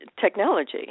technology